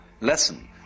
lesson